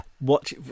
watch